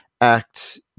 act